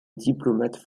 diplomate